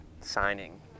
signing